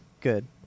Good